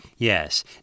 Yes